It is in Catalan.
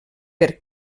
per